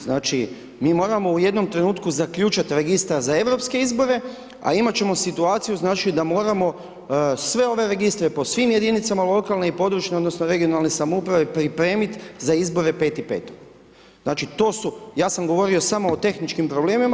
Znači mi moramo u jednom trenutku zaključati registar za europske izbore, a imati ćemo situaciju, znači da moramo sve ove registre po svim jedinice lokalne i područje, odnosno, regionalne samouprave pripremiti za izbore 5.5. znači to su, ja sam govorio samo o tehničkim problemima.